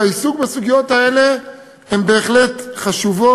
והעיסוק בסוגיות האלה בהחלט חשוב,